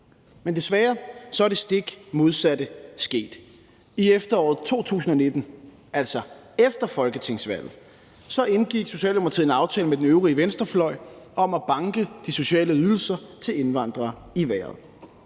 Men desværre er det stik modsatte sket. I efteråret 2019, altså efter folketingsvalget, indgik Socialdemokratiet en aftale med den øvrige venstrefløj om at banke de sociale ydelser til indvandrere i vejret.